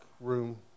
room